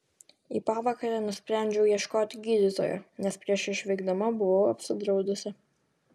į pavakarę nusprendžiau ieškoti gydytojo nes prieš išvykdama buvau apsidraudusi